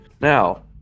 now